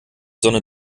sonne